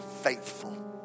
faithful